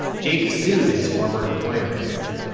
jake sued his former employer over it.